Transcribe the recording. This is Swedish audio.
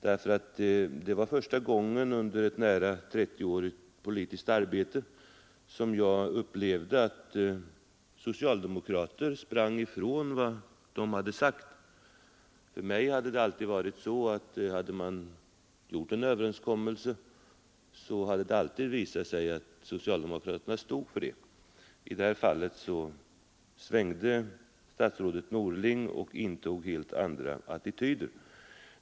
Det var första gången under ett nära 30-årigt politiskt arbete som jag upplevde att socialdemokraterna sprang ifrån vad de tidigare sagt. Dittills hade jag upplevt det så, att om vi hade träffat en överenskommelse, så stod socialdemokraterna för den. Men i det här fallet svängde statsrådet Norling och intog helt andra attityder.